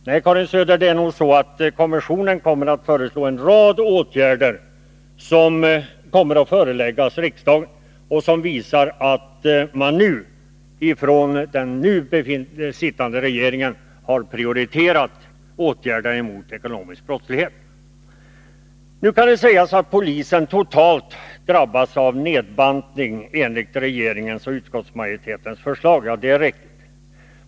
Nej, Karin Söder, kommissionen kommer nog att föreslå en rad åtgärder som föreläggs riksdagen och som visar att den nuvarande regeringen har prioriterat åtgärderna mot ekonomisk brottslighet. Nu kan det sägas att polisen enligt regeringen och utskottsmajoritetens förslag totalt sett drabbas av en nedbantning. Det är riktigt.